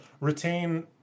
retain